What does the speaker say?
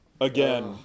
again